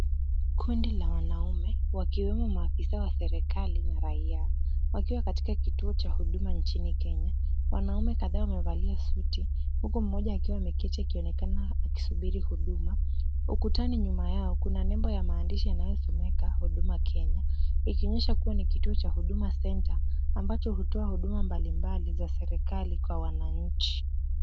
Kundi la wanaume wakiwemo maafisa wa serikali na raia, wakiwa katika kituo cha huduma nchini Kenya. Wanaume kadhaa wamevalia suti, huku mmoja akiwa ameketi akionekana akisubiri huduma. Ukutani nyuma yao kuna nembo ya maandishi yanayosomeka huduma Kenya, ikionyesha kuwa ni kituo cha huduma centre ambacho hutoa huduma mbalimbali za serikali kwa wananchi.